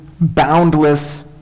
Boundless